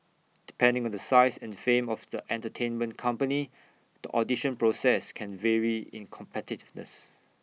depending on the size and fame of the entertainment company the audition process can very in competitiveness